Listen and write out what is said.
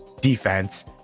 defense